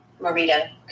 Marita